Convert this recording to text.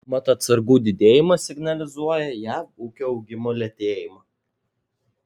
mat atsargų didėjimas signalizuoja jav ūkio augimo lėtėjimą